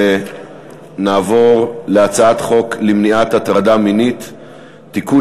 נעבור להצעת חוק למניעת הטרדה מינית (תיקון,